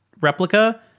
replica